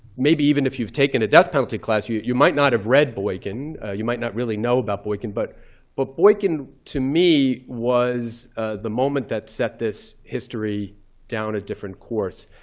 maybe even if you've taken a death penalty class, you you might not have read boykin. you might not really know about boykin. but but boykin to me was the moment that set this history down a different course.